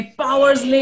powers